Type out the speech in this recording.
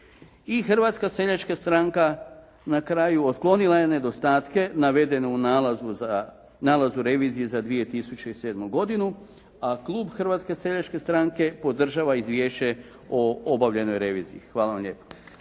Hrvatska seljačka stranka na kraju otklonila je nedostatke navedene u nalazu revizije za 2007. godinu, a klub Hrvatske seljačke stranke podržava izvješće o obavljenoj reviziji. Hvala vam lijepa.